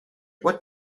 what